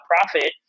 profit